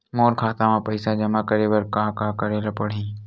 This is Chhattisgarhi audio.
मोर खाता म पईसा जमा करे बर का का करे ल पड़हि?